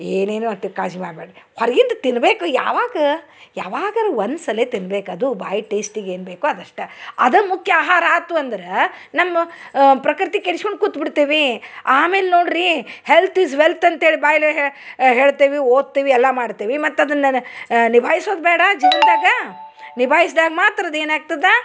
ಏನೇನು ಕಾಳಜಿ ಮಾಡ್ಯಾಡ ರಿ ಹೊರ್ಗಿಂದ ತಿನ್ನಬೇಕು ಯಾವಾಗ ಯಾವಾಗರು ಒಂದ್ಸಲಿ ತಿನ್ಬೇಕು ಅದು ಬಾಯಿ ಟೇಸ್ಟಿಗೆ ಏನು ಬೇಕು ಅದಷ್ಟೆ ಅದ ಮುಖ್ಯ ಆಹಾರ ಆತು ಅಂದ್ರ ನಮ್ಮ ಪ್ರಕೃತಿ ಕೆಡ್ಶ್ಕೊಂಡು ಕೂತ್ಬಿಡ್ತಿವಿ ಆಮೇಲೆ ನೋಡ್ರೀ ಹೆಲ್ತ್ ಇಸ್ ವೆಲ್ತ್ ಅಂತೇಳಿ ಬಾಯಲ್ಲಿ ಹೇ ಹೇಳ್ತೀವಿ ಓದ್ತೀವಿ ಎಲ್ಲ ಮಾಡ್ತೇವಿ ಮತ್ತು ಅದನ್ನನ ನಿಭಾಯ್ಸೊದು ಬೇಡ ಜೀವನ್ದಾಗ ನಿಭಾಯ್ಸ್ದಾಗ ಮಾತ್ರ ಅದು ಏನಾಗ್ತದೆ